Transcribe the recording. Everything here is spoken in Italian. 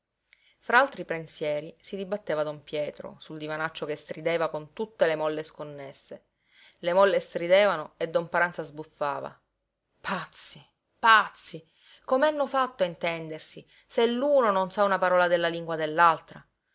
fra altri pensieri si dibatteva don pietro sul divanaccio che strideva con tutte le molle sconnesse le molle stridevano e don paranza sbuffava pazzi pazzi come hanno fatto a intendersi se l'uno non sa una parola della lingua